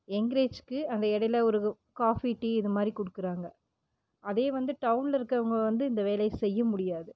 எங்கரேஜ்க்கு அந்த இடையில ஒரு காஃபி டீ இதுமாதிரி கொடுக்குறாங்க அதே வந்து டவுன்லருக்கவுங்க வந்து இந்த வேலையை செய்ய முடியாது